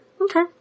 Okay